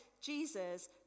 Jesus